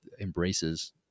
embraces